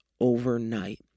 overnight